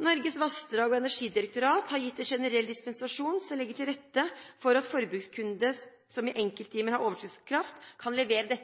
Norges vassdrags- og energidirektorat har gitt en generell dispensasjon som legger til rette for at en forbrukskunde som i enkelttimer har overskuddskraft, kan levere